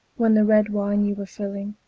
when the red wine ye were filling,